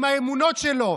עם האמונות שלו.